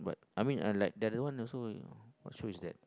I mean I like that one also what show is that